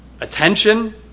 attention